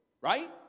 Right